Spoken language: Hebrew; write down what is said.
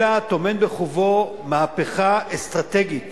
אלא טומן בחובו מהפכה אסטרטגית